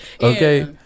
Okay